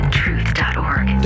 truth.org